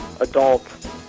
adult